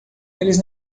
eles